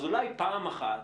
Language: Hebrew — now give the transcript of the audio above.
אז אולי פעם אחת,